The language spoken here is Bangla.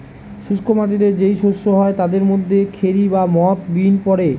শুষ্ক মাটিতে যেই শস্য হয় তাদের মধ্যে খেরি বা মথ বিন পড়ে